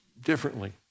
differently